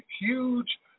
huge